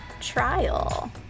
trial